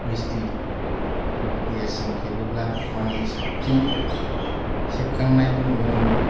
H D इबिबिएस जों खेबोब्ला माने साबसिन सेबखांनाय नुनो मोनो